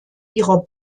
ihrer